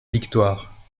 victoire